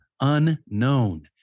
Unknown